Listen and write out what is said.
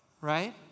right